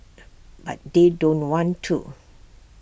Pu but they don't want to